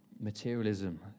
materialism